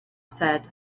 said